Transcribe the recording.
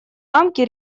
рамки